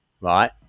right